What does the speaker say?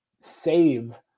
save